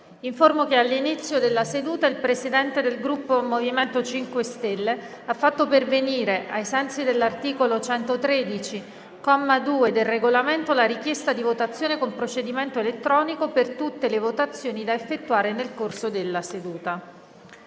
che all'inizio della seduta il Presidente del Gruppo MoVimento 5 Stelle ha fatto pervenire, ai sensi dell'articolo 113, comma 2, del Regolamento, la richiesta di votazione con procedimento elettronico per tutte le votazioni da effettuare nel corso della seduta.